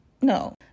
No